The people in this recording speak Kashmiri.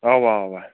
اَوا اَوا